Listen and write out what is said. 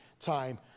time